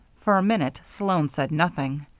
for a minute sloan said nothing,